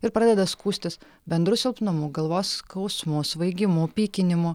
ir pradeda skųstis bendru silpnumu galvos skausmu svaigimu pykinimu